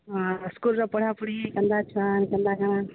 ହଁ ସ୍କୁଲ୍ର ପଢ଼ାପଢ଼ି କେନ୍ତା ଛୁଆନ୍ କେନ୍ତା କାଣା